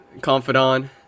confidant